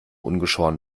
ungeschoren